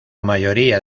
mayoría